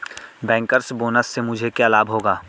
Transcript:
Bankers bonus से मुझे क्या लाभ होगा?